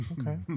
okay